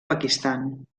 pakistan